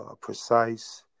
precise